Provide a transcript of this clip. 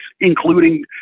including